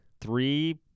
three